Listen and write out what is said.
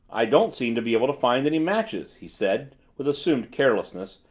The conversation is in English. i don't seem to be able to find any matches he said with assumed carelessness,